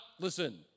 listen